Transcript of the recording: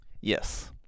Yes